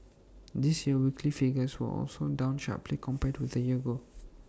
this year's weekly figures were also down sharply compared with A year ago